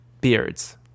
beards